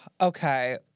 Okay